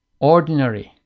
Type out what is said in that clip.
ordinary